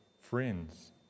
friends